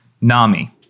Nami